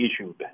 issued